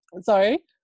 sorry